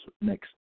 next